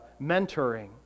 mentoring